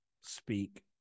speak